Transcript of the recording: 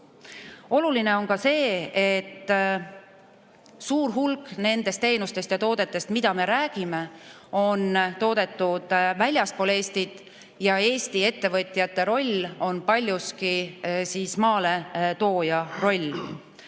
Oluline on ka see, et suur hulk nendest teenustest ja toodetest, millest me räägime, on toodetud väljaspool Eestit ja Eesti ettevõtjate roll on paljuski maaletooja roll.